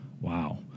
Wow